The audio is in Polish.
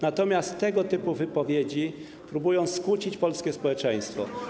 Natomiast tego typu wypowiedzi próbują skłócić polskie społeczeństwo.